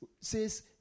says